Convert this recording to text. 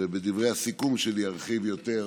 בדברי הסיכום שלי אני ארחיב יותר,